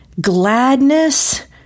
gladness